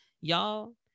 Y'all